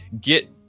get